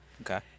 Okay